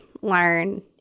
learn